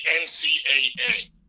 NCAA